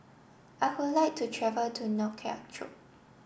I would like to travel to Nouakchott